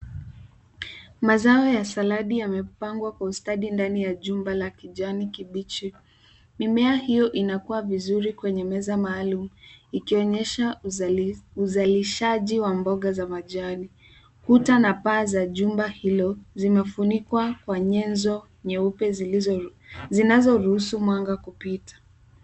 Mazao ya saladi yamepangwa kwa ustadi ndani ya jumba la kijani kibichi. Mimea hiyo inakua vizuri kwenye meza maalum ikionyesha uzalishaji wa mboga za majani. Kuta na paa za jumba hilo zimefunikwa kwa nyenzo nyeupe zinazoruhusu mwanga kupita.